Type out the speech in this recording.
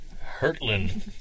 Hurtling